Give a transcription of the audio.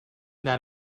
that